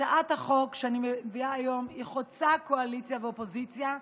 הצעת החוק שאני מביאה היום חוצה קואליציה ואופוזיציה.